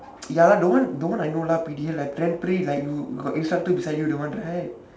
ya lah that one that one I know lah P_D_L like play play like you got instructor beside you that one right